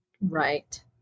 right